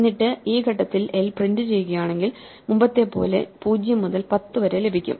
എന്നിട്ട് ഈ ഘട്ടത്തിൽ l പ്രിന്റുചെയ്യുകയാണെങ്കിൽ മുമ്പത്തെപ്പോലെ 0 മുതൽ 10 വരെ ലഭിക്കും